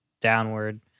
downward